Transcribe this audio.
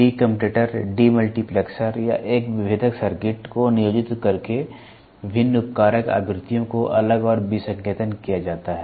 day commutator demultiplexer या एक विभेदक सर्किट को नियोजित करके विभिन्न उपकारक आवृत्तियों को अलग और विसंकेतन किया जाता है